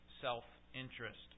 self-interest